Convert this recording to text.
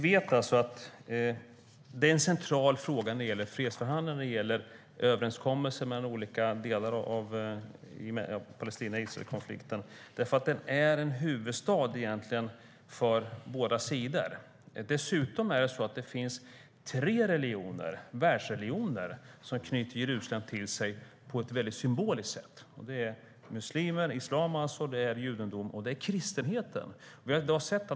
Det är en central fråga i fredsförhandlingen och i överenskommelser i Israel-Palestina-konflikten eftersom Jerusalem egentligen är en huvudstad för båda sidor. Det är dessutom tre världsreligioner som knyter Jerusalem till sig på ett symboliskt sätt, och det är islam, judendom och kristendom.